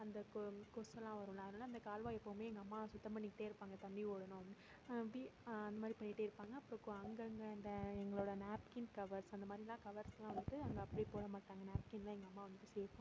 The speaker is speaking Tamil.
அந்த கொசுல்லாம் வரும்ல அதனால் இந்த கல்வாய் எப்போதுமே எங்கள் அம்மா சுத்தம் பண்ணிகிட்டே இருப்பாங்க தண்ணி ஓடணும் அப்டி அதுமாதிரி பண்ணிகிட்டே இருப்பாங்க அப்போப்போ அங்கங்கே இந்த எங்களோட நேப்கின் கவேர்ஸ் அந்தமாதிரிலாம் கவர்ஸ்லாம் வந்துவிட்டு அவங்க அப்படியே போட மாட்டாங்க நேப்கின்லாம் எங்கள் அம்மா வந்துவிட்டு சேஃபாக